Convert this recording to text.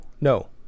no